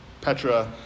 Petra